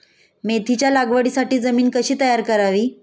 मेथीच्या लागवडीसाठी जमीन कशी तयार करावी?